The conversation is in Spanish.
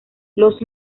los